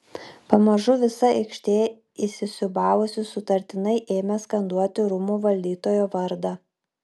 pamažu visa aikštė įsisiūbavusi sutartinai ėmė skanduoti rūmų valdytojo vardą